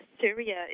Syria